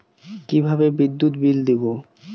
কিভাবে বিদ্যুৎ বিল দেবো?